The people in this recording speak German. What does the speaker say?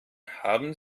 haben